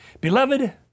Beloved